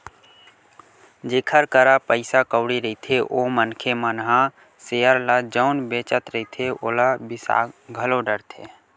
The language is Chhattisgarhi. जेखर करा पइसा कउड़ी रहिथे ओ मनखे मन ह सेयर ल जउन बेंचत रहिथे ओला बिसा घलो डरथे